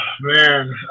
man